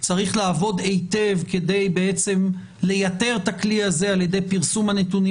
צריך לעבוד היטב כדי לייתר את הכלי הזה על ידי פרסום הנתונים